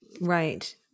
Right